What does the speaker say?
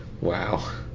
Wow